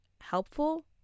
helpful